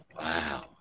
Wow